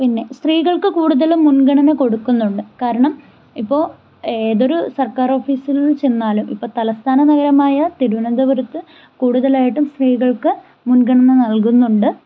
പിന്നെ സ്ത്രീകൾക്ക് കൂടുതലും മുൻഗണന കൊടുക്കുന്നുണ്ട് കാരണം ഇപ്പോൾ ഏതൊരു സർക്കാർ ഓഫീസിൽ ചെന്നാലും ഇപ്പോൾ തലസ്ഥാന നഗരമായ തിരുവനന്തപുരത്ത് കൂടുതലായിട്ടും സ്ത്രീകൾക്ക് മുൻഗണന നൽകുന്നുണ്ട്